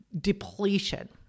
depletion